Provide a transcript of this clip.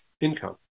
income